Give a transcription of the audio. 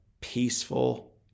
peaceful